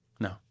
No